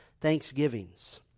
thanksgivings